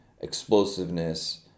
explosiveness